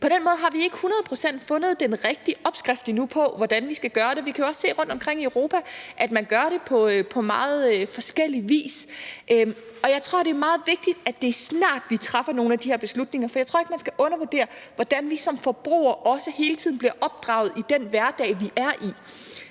På den måde har vi endnu ikke hundrede procent fundet den rigtige opskrift på, hvordan vi skal gøre. Vi kan jo også se rundtomkring i Europa, at man gør det på meget forskellig vis. Jeg tror, det er meget vigtigt, at det er snart, at vi træffer nogle af de her beslutninger, for jeg tror ikke, man skal undervurdere, hvordan vi som forbrugere også hele tiden bliver opdraget i den hverdag, vi er i.